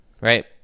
right